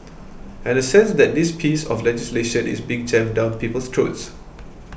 and a sense that this piece of legislation is being jammed down people's throats